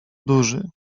duży